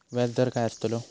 व्याज दर काय आस्तलो?